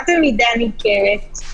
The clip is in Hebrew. מה זה "מידה ניכרת"?